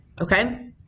Okay